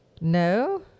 No